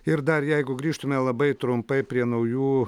ir dar jeigu grįžtume labai trumpai prie naujų